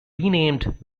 renamed